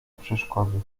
przeszkodzie